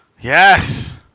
Yes